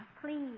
Please